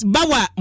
Bawa